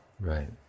Right